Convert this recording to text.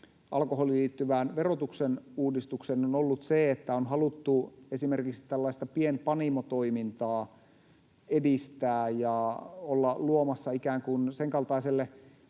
alkoholiin liittyvään verotuksen uudistukseen on ollut se, että on haluttu esimerkiksi tällaista pienpanimotoimintaa edistää ja olla luomassa ikään kuin sen kaltaiselle